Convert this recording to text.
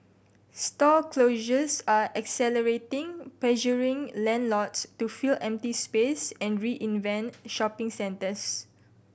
store closures are accelerating pressuring landlords to fill empty space and reinvent shopping centres